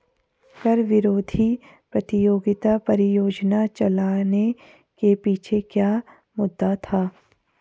कर विरोधी प्रतियोगिता परियोजना चलाने के पीछे क्या मुद्दा था?